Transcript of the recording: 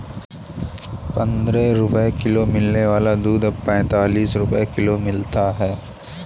पंद्रह रुपए किलो मिलने वाला दूध अब पैंतालीस रुपए किलो मिलता है